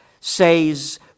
says